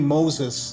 Moses